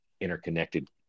interconnected